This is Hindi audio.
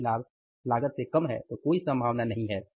यदि लाभ लागत से कम है तो कोई संभावना नहीं है